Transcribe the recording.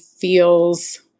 Feels